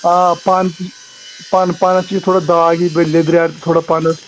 آ پَن پَن پَنَس چھِ یہِ تھوڑا داغ ہِوۍ بیٚیہِ لیٚدٕریٛار تہِ تھوڑا پَنَس